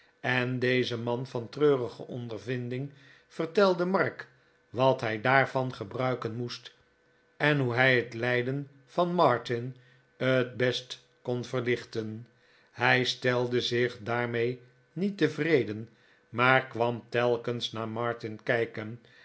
en deze man van treurige ondervinding vertelde mark wat hij daarvan gebruiken moest en hoe hij het lijden van martin t best kon verlichten hij stelde zich daarmee niet tevreden maar kwam telkens naar martin kijken